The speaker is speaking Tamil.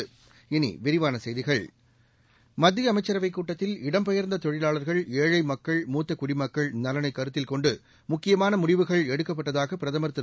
இனி விரிவான செய்திகள் மத்திய அமைச்சரவை கூட்டத்தில் இடம்பெயர்ந்த தொழிலாளர்கள் ஏழை மக்கள் மூத்த குடிமக்கள் நலனை கருத்தில் கொண்டு முக்கியமான முடிவுகள் எடுக்கப்பட்டதாக பிரதம் திரு